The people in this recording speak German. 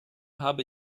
habe